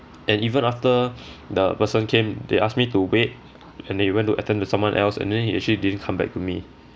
and even after the person came they asked me to wait and he went to attend to someone else and then he actually didn't come back to me